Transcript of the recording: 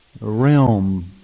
realm